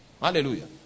hallelujah